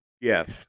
Yes